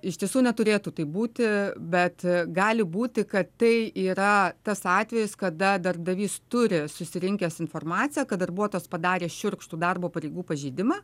iš tiesų neturėtų taip būti bet gali būti kad tai yra tas atvejis kada darbdavys turi susirinkęs informaciją kad darbuotojas padarė šiurkštų darbo pareigų pažeidimą